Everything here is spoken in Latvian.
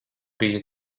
bija